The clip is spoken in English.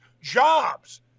jobs